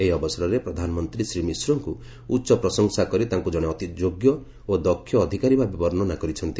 ଏହି ଅବସରରେ ପ୍ରଧାନମନ୍ତ୍ରୀ ଶ୍ରୀ ମିଶ୍ରଙ୍କୁ ଉଚ୍ଚପ୍ରଶଂସା କରି ତାଙ୍କୁ ଜଣେ ଅତି ଯୋଗ୍ୟ ଓ ଦକ୍ଷ ଅଧିକାରୀଭାବେ ବର୍ଣ୍ଣନା କରିଛନ୍ତି